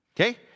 Okay